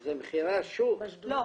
זה מחירי השוק --- לא.